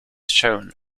shown